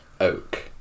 oak